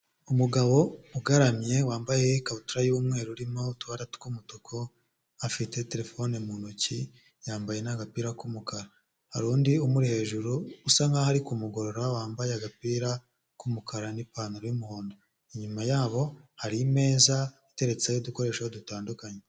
Umugabo ugaramye wambaye ikabutura y'umweru irimo utubara tw'umutuku, afite telefone mu ntoki, yambaye n'agapira k'umukara, hari undi umuri hejuru usa nk'aho ari kumugorora, wambaye agapira k'umukara n'ipantaro y'umuhondo, inyuma yabo hari imeza iteretseho udukoresho dutandukanye.